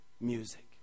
music